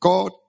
God